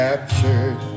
Captured